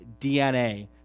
DNA